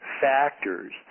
factors